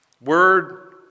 Word